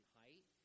height